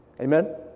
Amen